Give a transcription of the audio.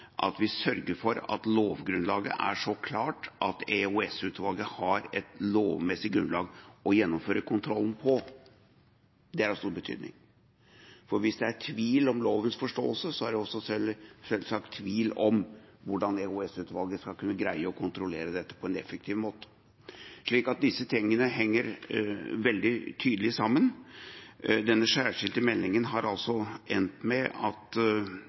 at vi sørger for at lovgrunnlaget er så klart at EOS-utvalget har et lovmessig grunnlag å gjennomføre kontrollen på. Det er av stor betydning. Hvis det er tvil om lovens forståelse, er det selvsagt også tvil om hvordan EOS-utvalget skal kunne greie å kontrollere dette på en effektiv måte. Disse tingene henger veldig tydelig sammen. Denne særskilte meldingen har altså endt med at